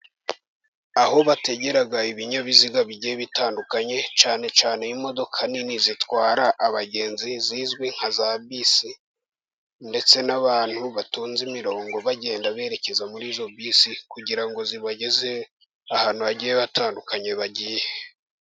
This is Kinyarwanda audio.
Aho bategera ibinyabiziga bigiye bitandukanye, cyane cyane imodoka nini zitwara abagenzi zizwi nka za bisi . Ndetse n'abantu batonze imirongo bagenda berekeza muri zo bisi, kugira ngo zibageze ahantu hagiye hatandukanye bagiye.